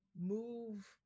move